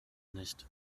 nicht